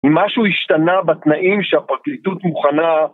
אם משהו השתנה בתנאים שהפרקליטות מוכנה